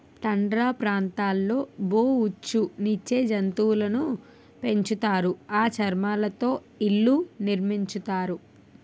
tundra ప్రాంతాల్లో బొఉచ్చు నిచ్చే జంతువులును పెంచుతారు ఆ చర్మాలతో ఇళ్లు నిర్మించుతారు